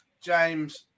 James